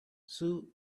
sue